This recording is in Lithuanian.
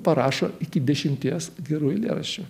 parašo iki dešimties gerų eilėraščių